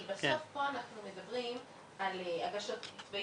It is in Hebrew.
כי בסוף פה אנחנו מדברים על הגשות כתבי